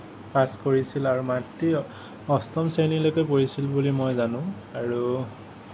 পাছ কৰিছিল আৰু মাতৃ অষ্টম শ্ৰেণীলৈকে পঢ়িছিল বুলি মই জানোঁ আৰু